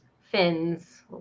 fins